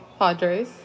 Padres